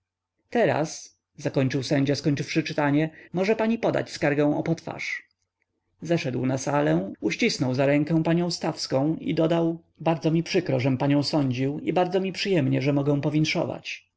teraz zakończył sędzia skończywszy czytanie może pani podać skargę o potwarz zeszedł na salę uścisnął za rękę panią stawską i dodał bardzo mi przykro żem panią sądził i bardzo mi przyjemnie że mogę